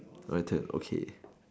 right tap okay